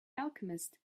alchemist